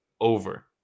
over